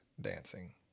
dancing